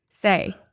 say